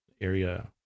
area